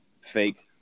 fake